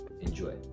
enjoy